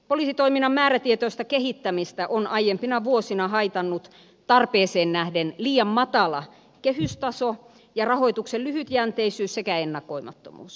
poliisitoiminnan määrätietoista kehittämistä on aiempina vuosina haitannut tarpeeseen nähden liian matala kehystaso ja rahoituksen lyhytjänteisyys sekä ennakoimattomuus